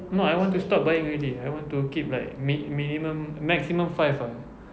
no I want to stop buying already I want to keep like mi~ minimum maximum five ah